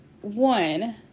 one